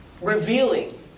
revealing